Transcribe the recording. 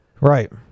right